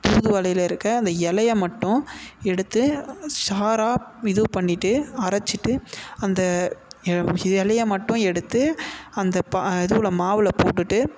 தூதுவளையில் இருக்க அந்த இலைய மட்டும் எடுத்து சாறாக இது பண்ணிட்டு அரைச்சிட்டு அந்த எ இலைய மட்டும் எடுத்து அந்த ப இதுல மாவில் போட்டுவிட்டு